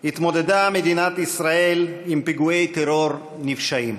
התמודדה מדינת ישראל עם פיגועי טרור נפשעים.